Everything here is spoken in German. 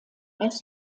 als